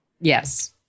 Yes